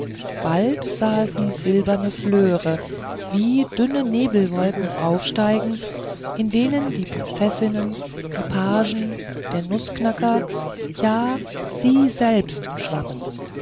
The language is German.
bald sah sie silberne flöre wie dünne nebelwolken aufsteigen in denen die prinzessinnen die pagen der nußknacker ja sie selbst schwammen